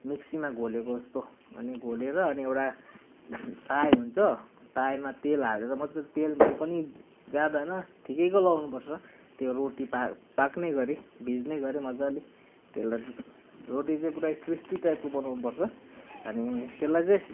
मिक्सीमा घोलेको जस्तो अनि घोलेर अनि एउटा ताई हुन्छ ताईमा तेल हालेर मज्जाले तेल पनि ज्यादा होइन ठिकैको लगाउनु पर्छ त्यो रोटी पा पाक्ने गरी भिज्ने गरी मज्जाले त्यसलाई रोटी चाहिँ पुरा क्रिस्पी टाइपको बनाउनु पर्छ अनि त्यसलाई चाहिँ